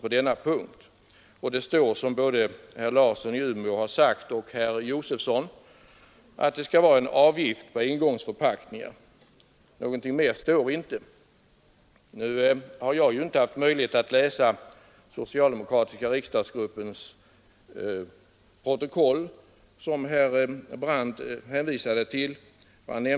Som både herr Larsson i Umeå och herr Josefson i Arrie har sagt står det i överenskommelsen att det skall införas en avgift på engångsförpackningar. Något mera står det inte. Jag har inte haft möjlighet att läsa socialdemokratiska riksdagsgruppens protokoll, som herr Brandt hänvisade till.